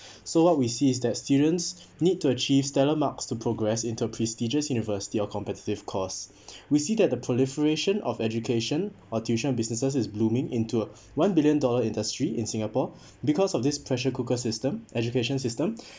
so what we see is that students need to achieve stellar marks to progress into prestigious university or competitive course we see that the proliferation of education or tuition businesses is blooming into a one billion dollar industry in singapore because of this pressure cooker system education system